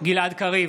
גלעד קריב,